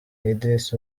idris